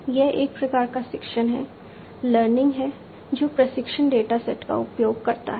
यह एक प्रकार का शिक्षण लर्निंग है जो प्रशिक्षण डेटा सेट का उपयोग करता है